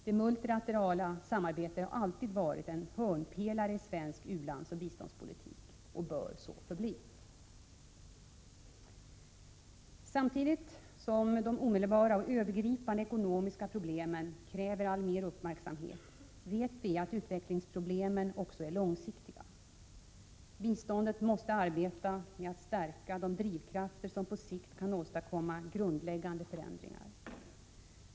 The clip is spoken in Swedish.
Det multilaterala samarbetet har alltid varit en hörnpelare i svensk u-landsoch biståndspolitik, och bör så förbli. Samtidigt som de omedelbara och övergripande ekonomiska problemen kräver alltmer av uppmärksamhet vet vi att utvecklingsproblemen också är långsiktiga. Biståndet måste arbeta med att stärka de drivkrafter som på sikt kan åstadkomma grundläggande förändringar.